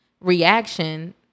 reaction